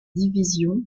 divisions